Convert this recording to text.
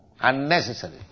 Unnecessary